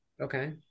Okay